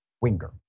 winger